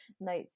notes